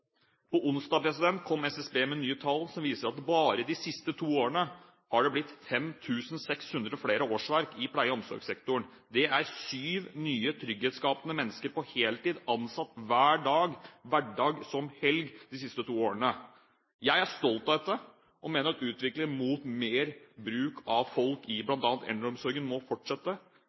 På onsdag kom SSB med nye tall som viser at bare de siste to årene har det blitt 5 600 flere årsverk i pleie- og omsorgssektoren. Det er syv nye trygghetsskapende mennesker på heltid ansatt hver dag – hverdag som helg – de siste to årene. Jeg er stolt av dette og mener at utviklingen mot mer bruk av folk i bl.a. eldreomsorgen må fortsette.